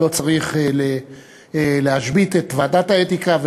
לא צריך להשבית את ועדת האתיקה.